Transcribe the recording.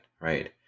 right